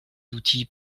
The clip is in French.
outils